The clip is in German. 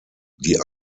die